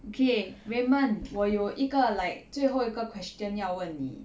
okay raymond 我有一个 like 最后一个 question 要问你